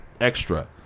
extra